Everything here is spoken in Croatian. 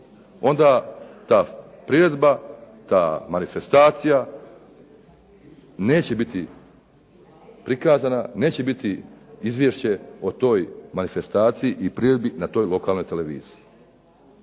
onda ta priredba, ta manifestacija neće biti prikazana, neće biti izvješće o toj manifestaciji i priredbi na toj lokalnoj televiziji.